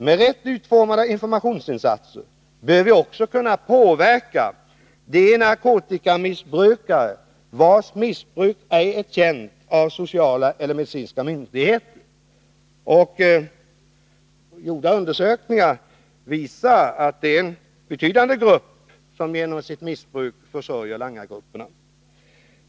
Med rätt utformade informationsinsatser bör vi också kunna påverka de narkotikamissbrukare vilkas missbruk ej är känt av sociala eller medicinska myndigheter. Gjorda undersökningar visar att det är en stor grupp som genom sitt missbruk försörjer langarna.